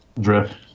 Drift